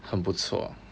很不错